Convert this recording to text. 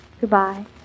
Goodbye